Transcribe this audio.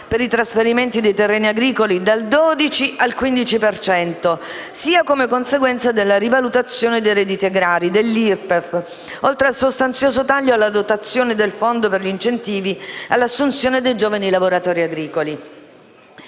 per i trasferimenti dei terreni agricoli (dal 12 al 15 per cento), con la rivalutazione dei redditi agrari, con l'aumento dell'IRPEF, oltre al sostanzioso taglio alla dotazione del fondo per gli incentivi all'assunzione dei giovani lavoratori agricoli.